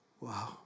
wow